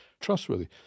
trustworthy